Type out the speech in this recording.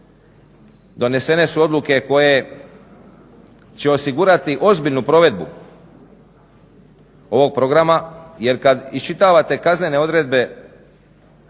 donesene su odluke koje će osigurati ozbiljnu provedbu ovog programa jer kad iščitavate kaznene odredbe